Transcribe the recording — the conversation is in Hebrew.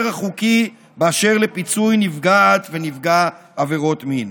החוקי באשר לפיצוי נפגעת ונפגע עבירות מין,